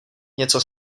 něco